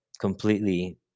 completely